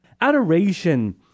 Adoration